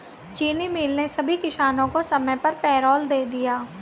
चीनी मिल ने सभी किसानों को समय पर पैरोल दे दिया